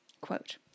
quote